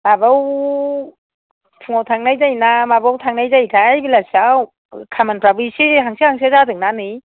माबायाव फुङाव थांनाय जायोना माबायाव थांनाय जायोथाय बेलासियाव खामानिफ्राबो इसे हांसो हांसो जादोंना नै